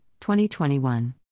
2021